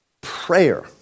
Prayer